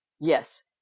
Yes